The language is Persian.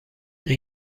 این